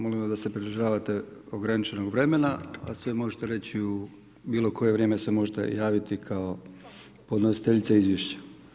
Molim vas da se pridržavate ograničenog vremena, a sve možete reći, u bilo koje vrijeme se možete javiti kao podnositeljica izvješća.